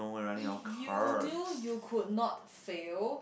if you knew you could not fail